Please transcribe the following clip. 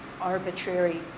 arbitrary